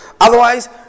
Otherwise